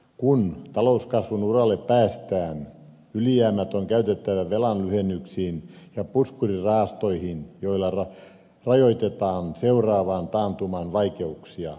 kun talouskasvun uralle päästään ylijäämät on käytettävä velan lyhennyksiin ja puskurirahastoihin joilla rajoitetaan seuraavan taantuman vaikeuksia